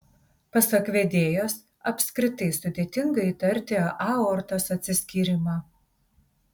pasak vedėjos apskritai sudėtinga įtarti aortos atsiskyrimą